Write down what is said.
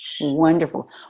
wonderful